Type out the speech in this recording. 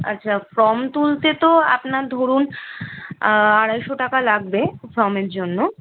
আচ্ছা ফর্ম তুলতে তো আপনার ধরুন আড়াইশো টাকা লাগবে ফর্মের জন্য